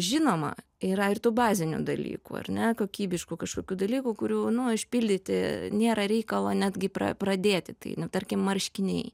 žinoma yra ir tų bazinių dalykų ar ne kokybiškų kažkokių dalykų kurių nu išpildyti nėra reikalo netgi pra pradėti tai tarkim marškiniai